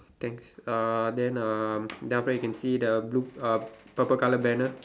thanks uh than um then after that can see the blue uh purple colour banner